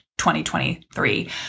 2023